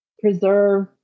preserve